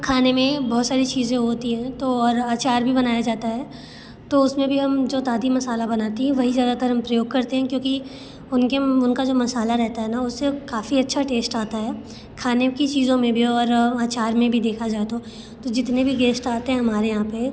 खाने में बहुत सारी चीज़ें होती हैं तो और अचार भी बनाया जाता है तो उस में भी हम जो दादी मसाला बनाती है वही ज़्यादातर हम प्रयोग करते हैं क्योंकि उनके में उनका जो मसाला रहता है ना उससे काफ़ी अच्छा टेस्ट आता है खाने की चीज़ों में भी और अचार में भी देखा जाए तो तो जितने भी गेस्ट आते हैं हमारे यहाँ पर